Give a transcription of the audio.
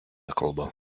kalba